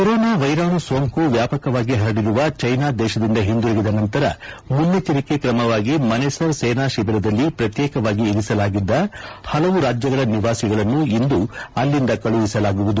corona ವೈರಾಣು ಸೋಂಕು ವ್ಯಾಪಕವಾಗಿ ಪರಡಿರುವ ಜೀನಾ ದೇಶದಿಂದ ಹಿಂದಿರುಗಿದ ನಂತರ ಮುನ್ನಜ್ವರಿಕೆ ಕ್ರಮವಾಗಿ ಮನೆಸರ್ ಸೇನಾ ಶಿಬಿರದಲ್ಲಿ ಪ್ರಕ್ಶೇಕವಾಗಿ ಇರಿಸಲಾಗಿದ್ದ ಹಲವು ರಾಜ್ಯಗಳ ನಿವಾಸಿಗಳನ್ನು ಇಂದು ಅಲ್ಲಿಂದ ಕಳುಹಿಸಲಾಗುವುದು